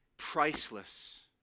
Priceless